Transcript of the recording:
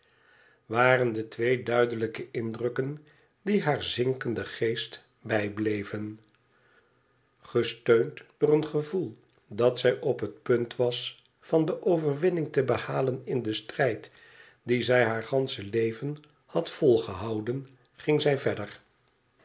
waren de twee duidelijke indrukken die haar zinkenden geest bijbleven gesteund door een gevoel dat zij op het punt was van de overwinning te behalen in den strijd dien zij haar gansche leven had volgehouden ging zij verder